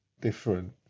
different